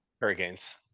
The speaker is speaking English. Hurricanes